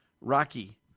Rocky